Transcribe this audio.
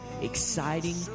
exciting